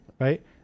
right